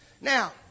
Now